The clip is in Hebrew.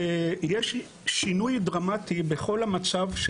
יש שינוי דרמטי בכל המצב,